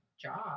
job